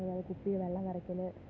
കുപ്പിയില് വെള്ളം നിറയ്ക്കല്